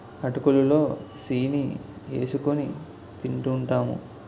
అటుకులు లో సీని ఏసుకొని తింటూంటాము